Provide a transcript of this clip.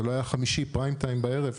זה לא היה יום חמישי בזמן צפיית שיא בערב,